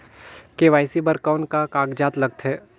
KYC बर कौन का कागजात लगथे?